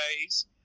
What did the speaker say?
days